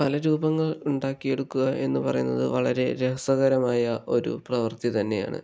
പല രൂപങ്ങൾ ഉണ്ടാക്കി എടുക്കുക എന്ന് പറയുന്നത് വളരെ രസകരമായ ഒരു പ്രവർത്തി തന്നെയാണ്